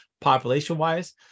population-wise